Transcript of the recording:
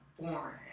born